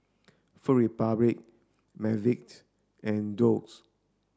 Food Republic McVitie's and Doux